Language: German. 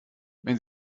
wenn